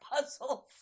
puzzles